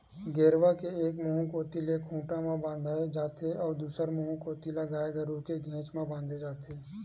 गेरवा के एक मुहूँ कोती ले खूंटा म बांधे जाथे अउ दूसर मुहूँ कोती ले गाय गरु के घेंच म बांधे जाथे